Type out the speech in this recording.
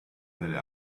delle